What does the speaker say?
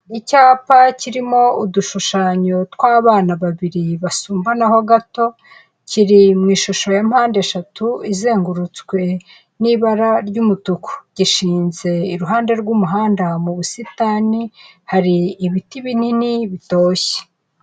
Icyapa kirimo udushushanyo tw'abana babiri basumbanaho gato, kiri mu ishusho ya mpandeshatu izengurutswe n'ibara ry'umutuku. Gishinze iruhande rw'umuhanda mu busitani, hari ibiti binini bitoshye.